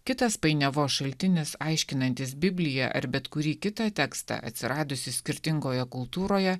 kitas painiavos šaltinis aiškinantis bibliją ar bet kurį kitą tekstą atsiradusi skirtingoje kultūroje